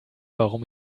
warum